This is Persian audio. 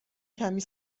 کمی